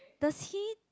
does he